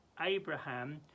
Abraham